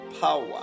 power